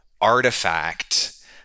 artifact